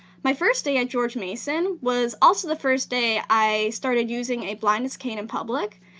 my first day at george mason was also the first day i started using a blindness cane in public.